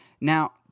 Now